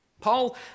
Paul